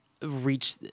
Reach